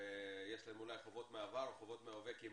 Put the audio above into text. ויש להם אולי חובות מהעבר או חובות מההווה כי הם